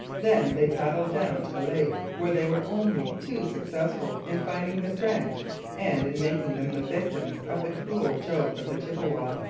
then they paddled down to the lake, where they were only too successful in finding the french and in making them the victims of the cruel joke of the chippewas.